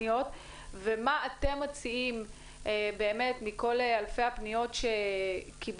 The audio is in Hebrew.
מה עיקר הפניות ומה אתם מציעים מכל אלפי הפניות שקיבלתם,